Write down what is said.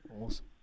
Awesome